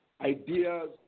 ideas